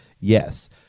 yes